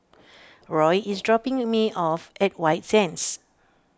Roy is dropping me off at White Sands